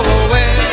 away